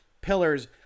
pillars